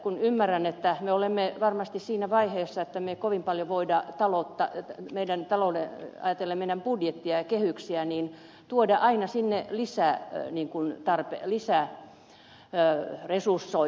kun ymmärrän että me olemme varmasti siinä vaiheessa että me emme kovin paljon voi ajatella meidän budjettiamme ja kehyksiä niin tulisi tuoda aina sinne lisää resursointia